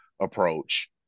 approach